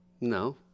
No